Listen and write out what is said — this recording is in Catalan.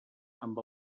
amb